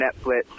Netflix